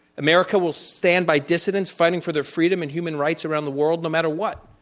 america will stand by dissidents fighting for their freedom in human rights around the world no matter what.